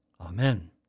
Amen